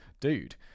Dude